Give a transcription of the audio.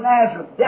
Nazareth